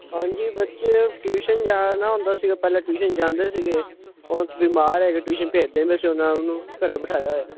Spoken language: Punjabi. ਹਾਂਜੀ ਬੱਚੇ ਟਿਊਸ਼ਨ ਜਾਣਾ ਹੁੰਦਾ ਸੀਗਾ ਪਹਿਲੇ ਟਿਊਸ਼ਨ ਜਾਂਦੇ ਸੀਗੇ ਹੁਣ ਬਿਮਾਰ ਹੈ ਟਿਊਸ਼ਨ ਭੇਜਦੇ ਨਹੀਂ ਅਸੀਂ ਉਨ੍ਹਾਂ ਨੂੰ ਘਰ ਬਿਠਾਇਆ ਹੋਇਆ